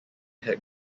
had